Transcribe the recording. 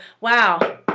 wow